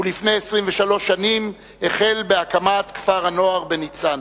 ולפני 23 שנים החל בהקמת כפר-הנוער בניצנה.